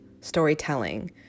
storytelling